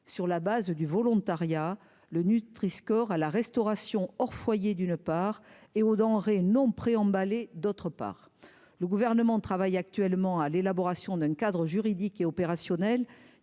sur la base du volontariat, le Nutri à la restauration hors foyer, d'une part et aux denrées non préemballés d'autre part, le gouvernement travaille actuellement à l'élaboration d'un cadre juridique et opérationnel